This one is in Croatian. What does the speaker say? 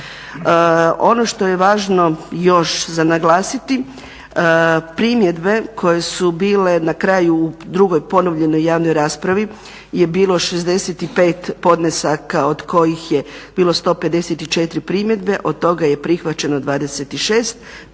Ono što je važno još za naglasiti, primjedbe koje su bile na kraju u drugoj ponovljenoj javnoj raspravi je bilo 65 podnesaka od kojih je bilo 154 primjedbe, od toga je prihvaćeno 26,